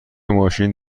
ماشین